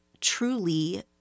truly